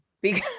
because-